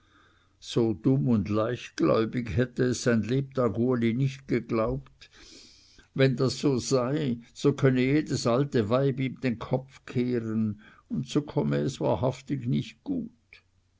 so dumm und leichtgläubig hätte es sein lebtag uli nicht geglaubt wenn das so sei so könne jedes alte weib ihm den kopf kehren und so komme es wahrhaftig nicht gut